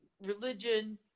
religion